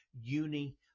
Uni